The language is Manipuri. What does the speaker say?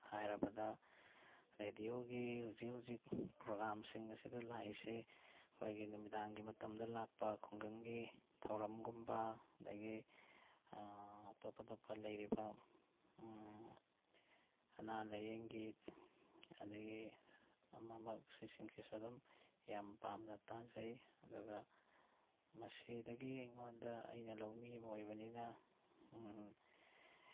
ꯍꯥꯏꯔꯕꯗ ꯔꯦꯗꯤꯑꯣꯒꯤ ꯍꯧꯖꯤꯛ ꯍꯧꯖꯤꯛ ꯄ꯭ꯔꯣꯒ꯭ꯔꯥꯝꯁꯤꯡ ꯑꯁꯤꯗ ꯂꯥꯛꯏꯁꯦ ꯑꯩꯈꯣꯏꯒꯤ ꯅꯨꯃꯤꯗꯥꯡꯒꯤ ꯃꯇꯝꯗ ꯂꯥꯛꯄ ꯈꯨꯡꯒꯪꯒꯤ ꯊꯧꯔꯝꯒꯨꯝꯕ ꯑꯗꯒꯤ ꯑꯇꯣꯞ ꯑꯇꯣꯞꯄ ꯂꯩꯔꯤꯕ ꯑꯅꯥ ꯂꯥꯏꯌꯦꯡꯒꯤ ꯑꯗꯒꯤ ꯑꯃ ꯑꯃ ꯁꯤꯁꯤꯡꯁꯤꯁꯨ ꯑꯗꯨꯝ ꯌꯥꯝ ꯄꯥꯝꯅ ꯇꯥꯖꯩ ꯑꯗꯨꯒ ꯃꯁꯤꯗꯒꯤ ꯑꯩꯉꯣꯟꯗ ꯑꯩꯅ ꯂꯧꯃꯤ ꯑꯃ ꯑꯣꯏꯕꯅꯤꯅ